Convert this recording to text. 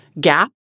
gap